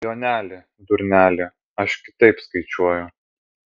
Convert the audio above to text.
joneli durneli aš kitaip skaičiuoju